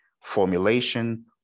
formulation